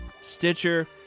Stitcher